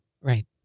Right